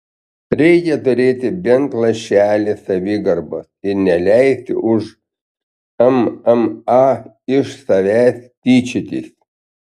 reikia turėti bent lašelį savigarbos ir neleisti už mma iš savęs tyčiotis